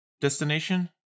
destination